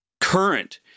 current